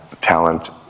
talent